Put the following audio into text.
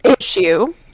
issue